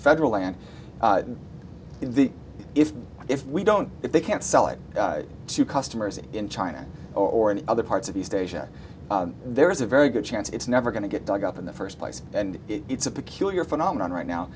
federal land in the if if we don't if they can't sell it to customers in china or in other parts of east asia there is a very good chance it's never going to get dug up in the first place and it's a peculiar phenomenon right